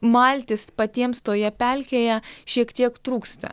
maltis patiems toje pelkėje šiek tiek trūksta